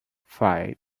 five